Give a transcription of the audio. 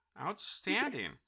outstanding